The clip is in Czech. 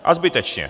A zbytečně.